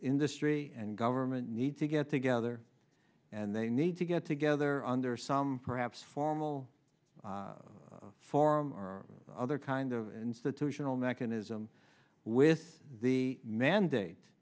industry and government need to get together and they need to get together under some perhaps formal forum or other kind of institutional mechanism with the mandate